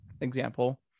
example